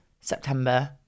September